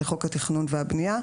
לחוק התכנון והבנייה,